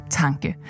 tanke